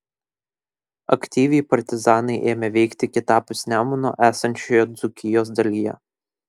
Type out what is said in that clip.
aktyviai partizanai ėmė veikti kitapus nemuno esančioje dzūkijos dalyje